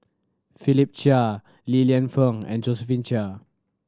Philip Chia Li Lienfung and Josephine Chia